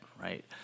right